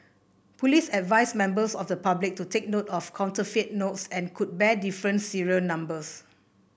police advised members of the public to take note of counterfeit notes and could bear different serial numbers